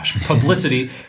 publicity